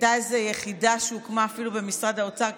הייתה איזו יחידה שהוקמה אפילו במשרד האוצר,